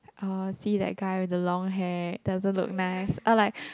uh see that guy with the long hair doesn't look nice or like